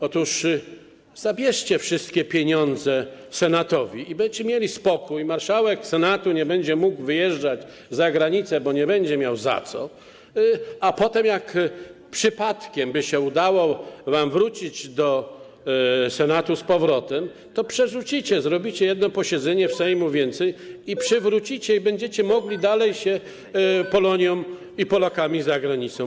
Otóż zabierzcie wszystkie pieniądze Senatowi i będziecie mieli spokój, marszałek Senatu nie będzie mógł wyjeżdżać za granicę, bo nie będzie miał za co, a potem, jak przypadkiem by wam się udało wrócić do Senatu, przerzucicie, zrobicie jedno posiedzenie Sejmu więcej i przywrócicie, i będziecie mogli dalej się opiekować Polonią i Polakami za granicą.